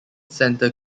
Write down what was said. center